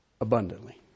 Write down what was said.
abundantly